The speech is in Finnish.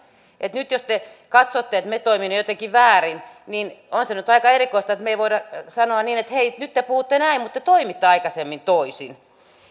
että nyt jos te katsotte että me toimimme jotenkin väärin niin on se nyt aika erikoista että me emme voi sanoa että hei nyt te puhutte näin mutta te toimitte aikaisemmin toisin